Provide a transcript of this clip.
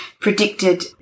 predicted